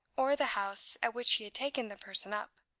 or the house at which he had taken the person up,